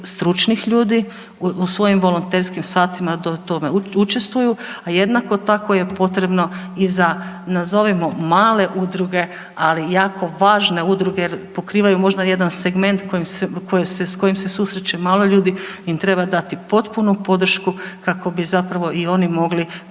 stručnih ljudi u svojim volonterskim satima da u tome učestvuju, a jednako tako je potrebno i za nazovimo male udruge, ali jako važne udruge jer pokrivaju možda jedan segment s kojim se susreće malo ljudi im treba dati potpunu podršku kako bi zapravo i oni mogli